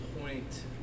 point